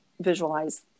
visualize